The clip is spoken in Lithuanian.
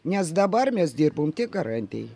nes dabar mes dirbam tik garantijai